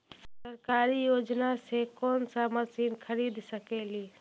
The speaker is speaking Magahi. सरकारी योजना से कोन सा मशीन खरीद सकेली?